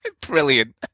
Brilliant